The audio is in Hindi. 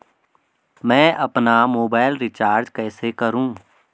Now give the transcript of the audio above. मैं अपना मोबाइल रिचार्ज कैसे करूँ?